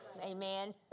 Amen